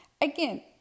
Again